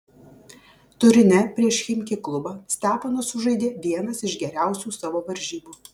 turine prieš chimki klubą steponas sužaidė vienas iš geriausių savo varžybų